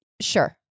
sure